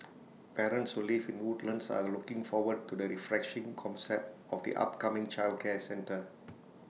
parents who live in Woodlands are looking forward to the refreshing concept of the upcoming childcare centre